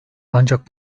ancak